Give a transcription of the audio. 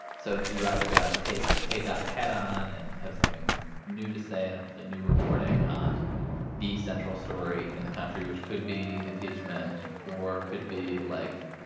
so it's you either got to take take ah head on and have something new to say and hopefully new reporting on the central story in the country, which could be impeachment or could be, like,